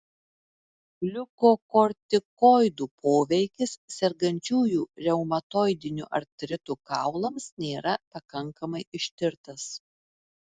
gliukokortikoidų poveikis sergančiųjų reumatoidiniu artritu kaulams nėra pakankamai ištirtas